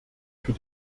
für